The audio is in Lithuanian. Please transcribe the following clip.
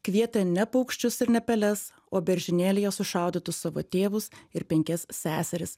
kvietė ne paukščius ir ne peles o beržynėlyje sušaudytus savo tėvus ir penkias seseris